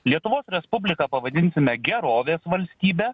lietuvos respubliką pavadinsime gerovės valstybe